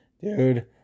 dude